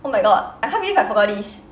oh my god I can't believe I forgot this